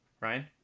Ryan